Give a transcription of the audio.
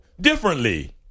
differently